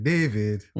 David